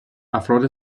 افراد